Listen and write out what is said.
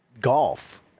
golf